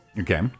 Okay